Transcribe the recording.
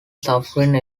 suffering